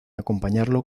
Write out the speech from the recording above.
acompañarlo